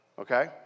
Okay